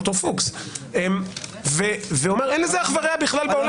הוא אמר שאין לזה אח ורע בעולם.